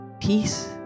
peace